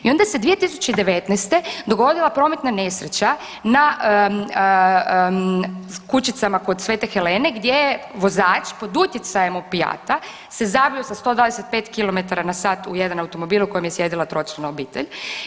I onda se 2019. dogodila prometna nesreća na kućicama kod Svete Helene gdje je vozač pod utjecajem opijata se zabio sa 125 km/h u jedan automobil u kojem je sjedila tročlana obitelj.